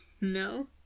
No